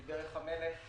שדרך המלך היא